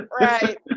Right